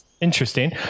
interesting